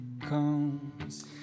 comes